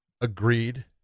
agreed